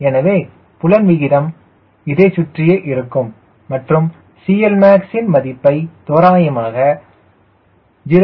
எனவே புலன் விகிதம் இதைச் சுற்றியே இருக்கும் மற்றும் CLmax யின் மதிப்பை தோராயமாக 0